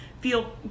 feel